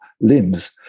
limbs